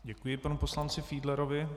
Děkuji panu poslanci Fiedlerovi.